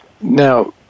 Now